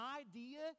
idea